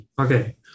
Okay